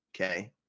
okay